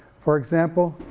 for example,